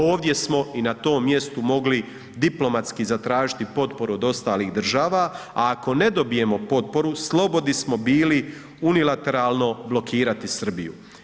Ovdje smo i na tom mjestu mogli diplomatski zatražiti potporu od ostalih država, a ako ne dobijemo potporu slobodni smo bili unilateralno blokirati Srbiju.